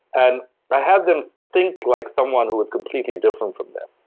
and i had them think like someone who was completely different from them.